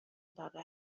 داره